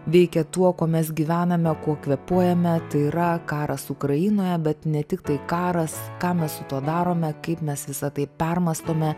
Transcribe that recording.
veikia tuo kuo mes gyvename kuo kvėpuojame tai yra karas ukrainoje bet ne tiktai karas ką mes su tuo darome kaip mes visa tai permąstome